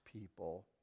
people